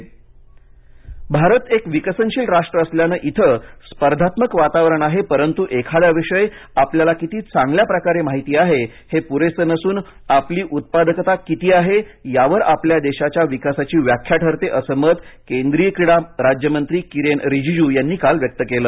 रिजीज भारत एक विकसनशील राष्ट्र असल्याने इथे स्पर्धात्मक वातावरण आहे परंतु एखादा विषय आपल्याला किती चांगल्या प्रकार माहिती आहे हे पुरेसे नसून आपली उत्पादकता किती आहे यावर आपल्या देशाच्या विकासाची व्याख्या ठरते असं मत केंद्रीय क्रीडा राज्यमंत्री किरेन रिजिजू यांनी काल व्यक्त केलं